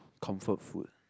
comfort food